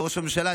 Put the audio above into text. וראש הממשלה,